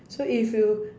so if you